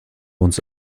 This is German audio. uns